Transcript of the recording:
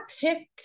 pick